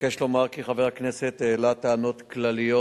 אבקש לומר כי חבר הכנסת העלה טענות כלליות,